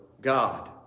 God